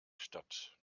stadt